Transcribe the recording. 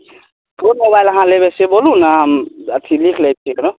कोन मोबाइल अहाँ लेबय से बोलू ने हम अथी लिख लैत छी तऽ